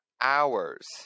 hours